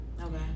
Okay